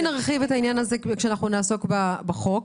נרחיב את העניין הזה כשנעסוק בחוק.